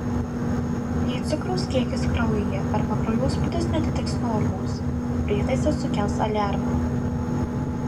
jei cukraus kiekis kraujyje arba kraujospūdis neatitiks normos prietaisas sukels aliarmą